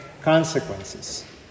consequences